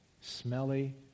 smelly